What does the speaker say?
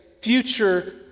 future